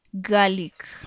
garlic